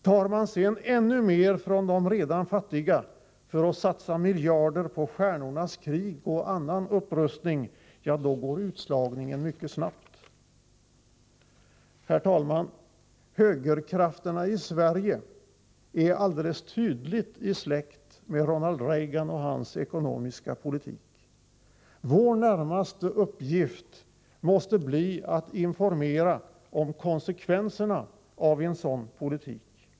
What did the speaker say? Tar man sedan ännu mer från de redan fattiga för att satsa miljarder på ”stjärnornas krig” och annan upprustning — ja, då går utslagningen mycket snabbt. Herr talman! Högerkrafterna i Sverige är alldeles tydligt släkt med Ronald Reagan och hans ekonomiska politik. Vår närmaste arbetsuppgift måste bli att informera om konsekvenserna av en sådan politik.